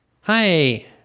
hi